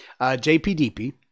JPDP